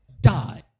Die